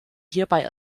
hierbei